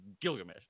Gilgamesh